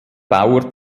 bauer